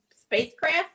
spacecraft